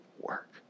work